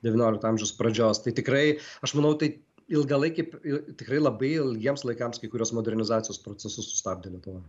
devyniolikto amžiaus pradžios tai tikrai aš manau tai ilgalaikė ir tikrai labai ilgiems laikams kai kuriuos modernizacijos procesus sustabdė lietuvoj